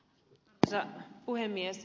arvoisa puhemies